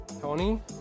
tony